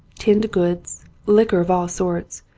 tinned goods, liquor of all sorts,